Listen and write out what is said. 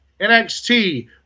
NXT